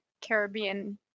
Caribbean